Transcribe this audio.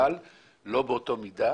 אבל לא באותה מידה